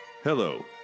Hello